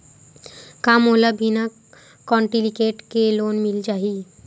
का मोला बिना कौंटलीकेट के लोन मिल जाही?